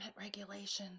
regulations